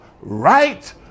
right